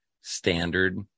standard